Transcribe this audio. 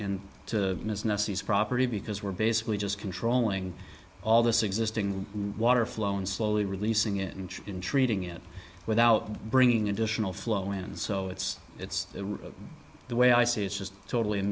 nesis property because we're basically just controlling all this existing water flow and slowly releasing it inch in treating it without bringing additional flow in and so it's it's the way i see it's just totally